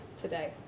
today